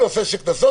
על נושא הקנסות,